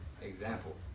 example